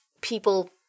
people